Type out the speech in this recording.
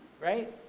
Right